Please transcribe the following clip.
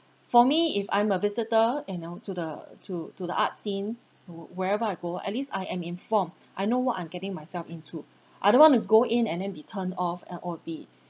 for me if I'm a visitor you know to the to to the arts scene w~ wherever I go or at least I am informed I know what I'm getting myself into I don't want to go in and then be turned off or be